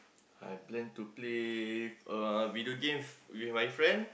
I plan to play uh video games with my friend